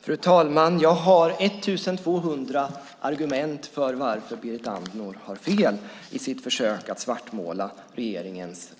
Fru talman! Jag har 1 200 argument för att Berit Andnor har fel i sitt försök att svartmåla regeringens